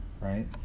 right